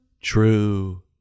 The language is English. true